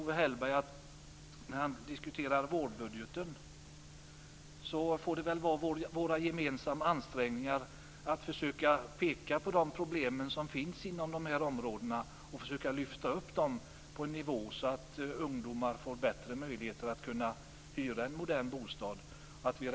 Owe Hellberg diskuterar vårbudgeten. Det får vara vår gemensamma ansträngning att försöka peka på de problem som finns, rätta till dem och försöka se till att ungdomar får bättre möjligheter att hyra en modern bostad.